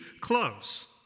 close